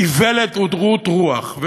איוולת ורעות רוח.